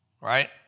right